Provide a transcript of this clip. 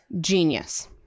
genius